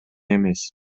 эмес